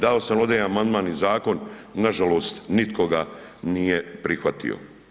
Do sam ovdje i amandman i zakon, nažalost nitko ga nije prihvatio.